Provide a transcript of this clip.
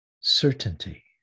certainty